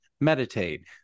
meditate